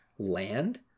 land